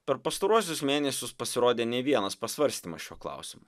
per pastaruosius mėnesius pasirodė ne vienas pasvarstymas šiuo klausimu